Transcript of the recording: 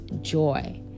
joy